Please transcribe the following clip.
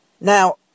Now